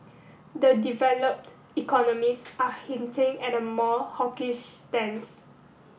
the developed economies are hinting at a more hawkish stance